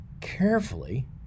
carefully